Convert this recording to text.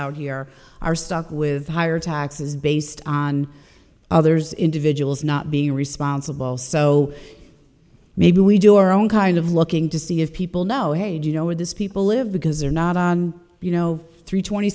out here are stuck with higher taxes based on others individuals not being responsible so maybe we do our own kind of looking to see if people know hey do you know where these people live because they're not on you know three twenty